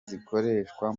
zikoreshwa